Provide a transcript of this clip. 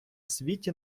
світі